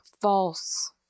false